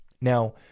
Now